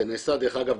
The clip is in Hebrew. זה נעשה דרך אגב,